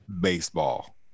baseball